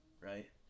right